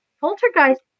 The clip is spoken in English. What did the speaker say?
Poltergeist